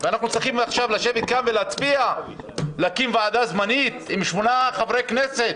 אנחנו צריכים לשבת כאן ולהצביע על הקמת ועדה זמנית עם שמונה חברי כנסת?